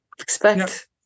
Expect